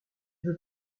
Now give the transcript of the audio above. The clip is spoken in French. veux